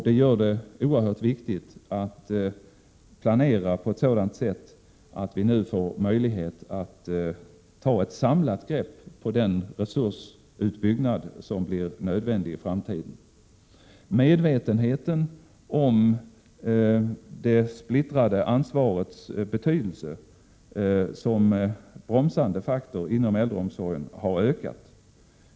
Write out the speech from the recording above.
Det gör det oerhört viktigt att planera 29 på ett sådant sätt att vi nu får möjlighet att ta ett samlat grepp när det gäller frågan om den resursutbyggnad som blir nödvändig i framtiden. Medvetenheten om det splittrade ansvarets betydelse som bromsande faktor inom äldreomsorgen har ökat.